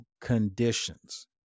conditions